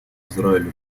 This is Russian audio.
израилю